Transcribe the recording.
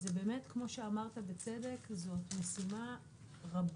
זה באמת, כמו שאמרת בצדק, זאת משימה רבת